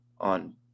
on